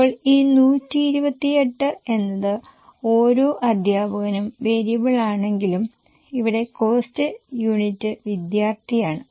ഇപ്പോൾ ഈ 128 എന്നത് ഓരോ അധ്യാപകനും വേരിയബിൾ ആണെങ്കിലും ഇവിടെ കോസ്റ്റ് യൂണിറ്റ് വിദ്യാർത്ഥിയാണ്